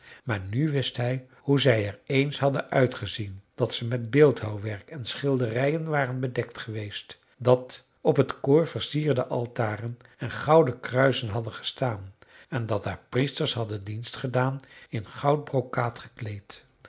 maar nu wist hij hoe zij er eens hadden uitgezien dat ze met beeldhouwwerk en schilderijen waren bedekt geweest dat op het koor versierde altaren en gouden kruizen hadden gestaan en dat daar priesters hadden dienst gedaan in goudbrokaat gekleed